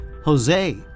Jose